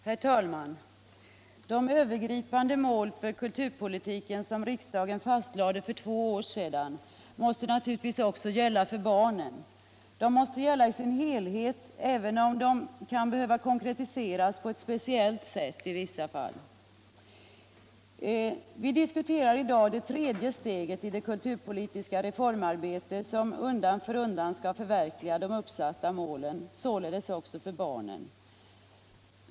Herr talman! De övergripande mål för kulturpolitiken som riksdagen fastlade för två år sedan måste naturligtvis också gälla för barnen. De måste gälla i sin helhet. även om de kan behöva konkretiseras på ett speciellt sätt i vissa fall. Vi diskuterar i dag det tredje steget i det kulturpolitiska reformarbete som undan för undan skall förverkliga de uppsatta målen, således också för barnen.